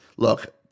Look